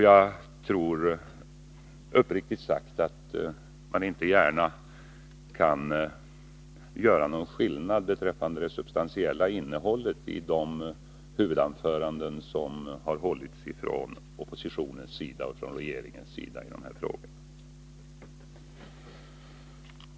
Jag tror uppriktigt sagt att man inte gärna kan göra någon skillnad beträffande det substantiella innehållet i de huvudanfö randen som hållits från oppositionens sida och från regeringens sida i dessa frågor.